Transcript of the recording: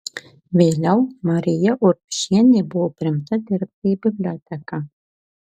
vėliau marija urbšienė buvo priimta dirbti į biblioteką